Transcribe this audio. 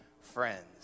friends